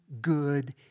good